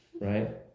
right